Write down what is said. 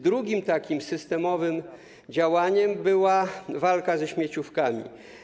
Drugim takim systemowym działaniem była walka ze śmieciówkami.